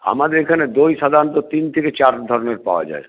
আমাদের এখানে দই সাধারনত তিন থেকে চার ধরনের পাওয়া যায়